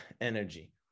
energy